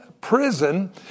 prison